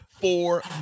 Four